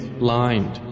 blind